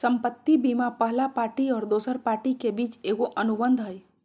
संपत्ति बीमा पहला पार्टी और दोसर पार्टी के बीच एगो अनुबंध हइ